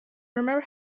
remember